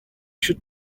should